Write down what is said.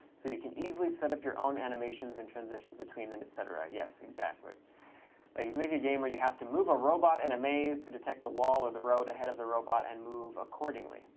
so you can easily set up your own animations and transitions between them, et cetera. yes, exactly. ah you can make a game where you have to move a robot in and a maze to detect the wall or the road ahead of the robot and move accordingly.